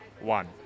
one